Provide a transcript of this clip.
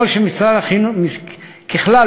ככלל,